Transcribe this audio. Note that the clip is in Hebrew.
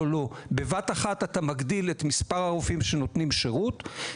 בבת-אחת אתה מגדיל את מספר הרופאים שנותנים שירות,